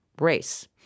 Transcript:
race